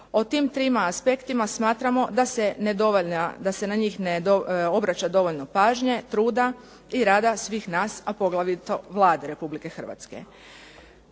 O tim 3 aspektima smatramo da se na njih ne obraća dovoljno pažnje, truda i rada svih nas, a poglavito Vlade RH. Prvi